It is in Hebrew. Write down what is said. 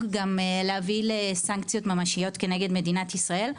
גם להביא לסנקציות ממשיות נגד מדינת ישראל.